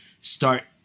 start